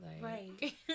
Right